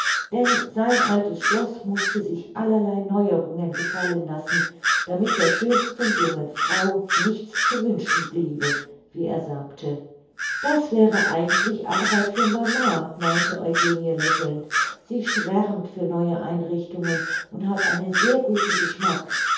denn sein altes schloß mußte sich allerlei neuerungen gefallen lassen damit der schönsten jungen frau nichts zu wünschen bliebe wie er sagte das wäre eigentlich arbeit für mama meinte eugenie lächelnd sie schwärmt für neue einrichtungen und hat sehr guten geschmack